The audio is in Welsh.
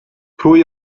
pwy